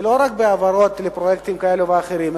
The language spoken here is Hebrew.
לא רק בהעברות לפרויקטים כאלה ואחרים,